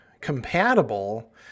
compatible